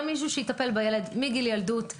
מישהו שיטפל בילד מגיל ילדות ואילך.